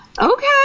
Okay